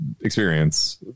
experience